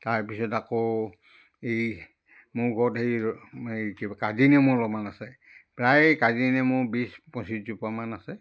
তাৰপিছত আকৌ এই মোৰ ঘৰত সেই ৰ এই কিবা কাজিনেমু অলপমান আছে প্ৰায় কাজি নেমু বিছ পঁচিছ জোপামান আছে